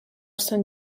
sant